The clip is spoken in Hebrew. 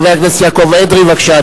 חבר הכנסת יעקב אדרי, בבקשה,